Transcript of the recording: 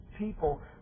people